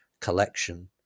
collection